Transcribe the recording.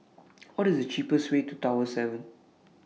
What IS The cheapest Way to Tower seven